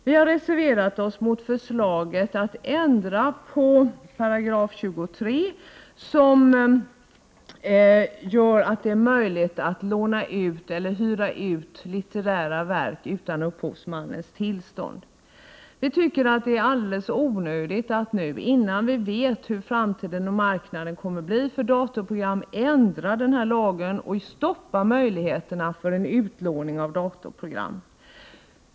Vi har reserverat oss mot förslaget att ändra på 23 §, som gör det möjligt att låna eller hyra ut litterära verk utan upphovsmannens tillstånd. Vi tycker att det är alldeles onödigt att nu, innan vi vet hur framtiden och marknaden kommer att bli för datorprogram, ändra denna lag och stoppa möjligheterna för en utlåning av datorprogram.